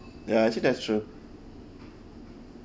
ya actually that's true